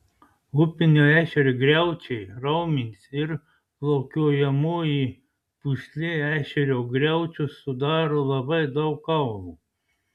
upinio ešerio griaučiai raumenys ir plaukiojamoji pūslė ešerio griaučius sudaro labai daug kaulų